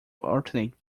alternate